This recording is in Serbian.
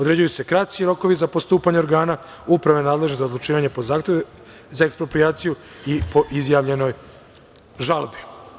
Određuju se kraći rokovi za postupanje organa Uprave nadležne za odlučivanje po zahtevima za eksproprijaciju i po izjavljenoj žalbi.